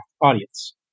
audience